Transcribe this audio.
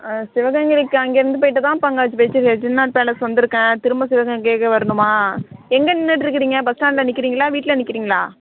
சிவகங்கைக்கு அங்கிருந்து போய்விட்டுதான் இப்போ செட்டிநாடு பேலஸ் வந்திருக்கேன் திரும்ப சிவகங்கைக்கு வரணுமா எங்கே நின்றுட்டு இருக்கிறீங்க பஸ் ஸ்டாண்ட்டில் நிற்குறீங்களா வீட்டில் நிற்குறீங்களா